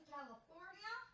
California